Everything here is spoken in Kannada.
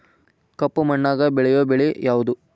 ಕಪ್ಪು ಮಣ್ಣಾಗ ಬೆಳೆಯೋ ಬೆಳಿ ಯಾವುದು?